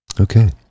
Okay